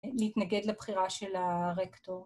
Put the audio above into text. להתנגד לבחירה של הרקטור.